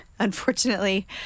unfortunately